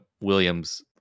williams